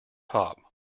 top